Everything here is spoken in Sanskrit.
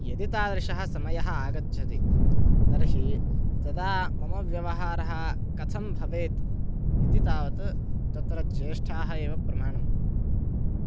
यदि तादृशः समयः आगच्छति तर्हि तदा मम व्यवहारः कथं भवेत् इति तावत् तत्र ज्येष्ठाः एव प्रमाणम्